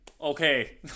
Okay